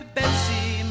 Betsy